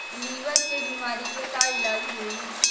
Liver के बीमारी के का इलाज होई?